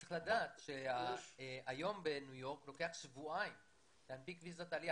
צריך לדעת שהיום בניו יורק לוקח שבועיים להנפיק אשרת עלייה.